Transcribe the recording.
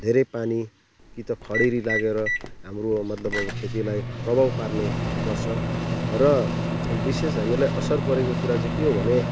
धेरै पानी कि त खडेरी लागेर हाम्रो मतलब अब खेतीलाई प्रभाव पार्ने गर्छ र विशेष हामीलाई असर परेको कुरा चाहिँ के हो भने